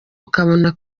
ukabona